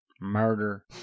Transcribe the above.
Murder